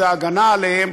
הגנה עליהם,